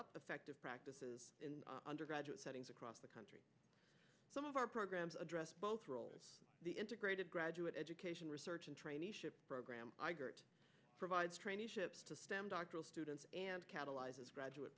up affective practices in undergraduate settings across the country some of our programs addressed both the integrated graduate education research and traineeship program provides traineeships to stem doctoral students catalyzes graduate